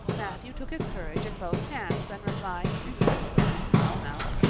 matthew took his courage in both hands and replied well now,